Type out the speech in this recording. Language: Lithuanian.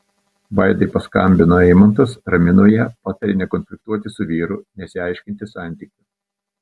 vaidai paskambino eimantas ramino ją patarė nekonfliktuoti su vyru nesiaiškinti santykių